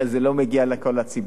וזה לא מגיע לכל הציבור.